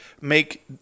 Make